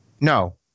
no